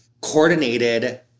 coordinated